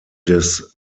des